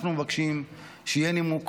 אנחנו מבקשים שיהיה נימוק